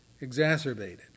exacerbated